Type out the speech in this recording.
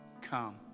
come